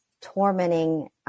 tormenting